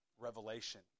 Revelation